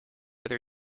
other